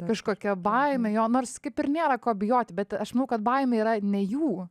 kažkokia baimė jo nors kaip ir nėra ko bijoti bet aš manau kad baimė yra ne jų